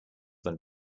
than